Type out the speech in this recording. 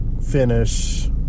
finish